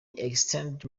extend